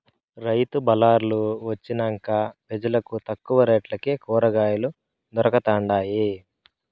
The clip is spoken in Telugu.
రైతు బళార్లు వొచ్చినంక పెజలకు తక్కువ రేట్లకే కూరకాయలు దొరకతండాయి